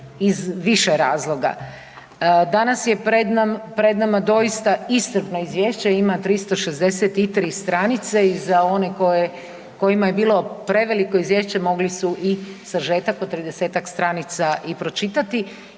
Danas je pred nama doista iscrpno izvješće, ima 363 stranice i za one kojima je bilo preveliko izvješće mogli su i sažetak od 30-tak stranica i pročitati